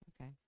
Okay